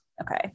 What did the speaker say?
Okay